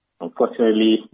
Unfortunately